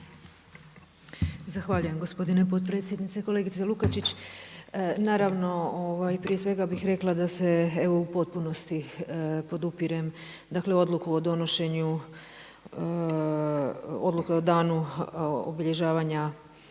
Zahvaljujem gospodine potpredsjedniče. Kolegice Lukačić, naravno prije svega bih rekla da u potpunosti podupirem, dakle odluku o donošenju odluke o danu obilježavanja